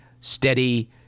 Steady